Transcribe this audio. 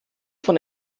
von